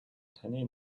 таны